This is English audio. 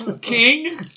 King